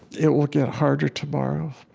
it will get harder tomorrow.